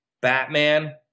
Batman